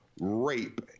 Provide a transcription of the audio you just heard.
rape